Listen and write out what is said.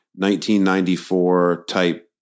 1994-type